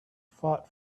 fought